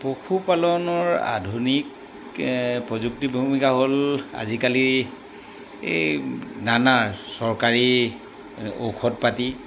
পশুপালনৰ আধুনিক প্ৰযুক্তি ভূমিকা হ'ল আজিকালি এই নানা চৰকাৰী ঔষধ পাতি